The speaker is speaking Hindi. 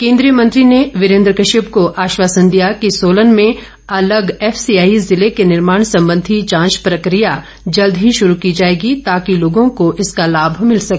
केन्द्रीय मंत्री ने वीरेंद्र कश्यप को आश्वासन दिया कि सोलन में अलग एफसीआई जिले के निर्माण संबंधी जांच प्रकिया जल्द ही की जाएगी ताकि लोगों को इसका लाभ मिल सके